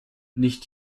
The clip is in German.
nicht